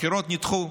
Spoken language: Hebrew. הבחירות נדחו.